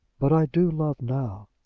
but i do love now.